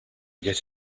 get